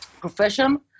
profession